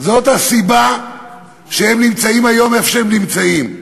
זאת הסיבה שהם נמצאים היום במקום שהם נמצאים.